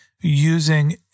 using